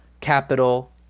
capital